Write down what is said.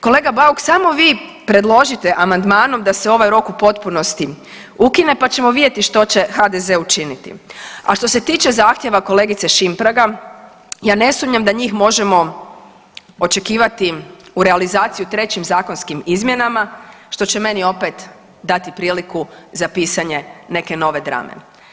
Kolega Bauk samo vi predložite amandmanom da se ovaj rok u potpunosti ukine pa ćemo vidjeti što se HDZ učiniti a što se tiče zahtjeva kolege Šimpraga, ja ne sumnjam da njih možemo očekivati u realizaciju trećim zakonskim izmjenama, što će meni opet dati priliku za pisanje neke nove drame.